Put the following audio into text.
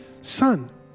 son